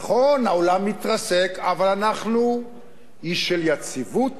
נכון, העולם מתרסק אבל אנחנו אי של יציבות,